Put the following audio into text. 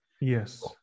yes